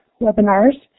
webinars